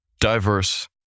diverse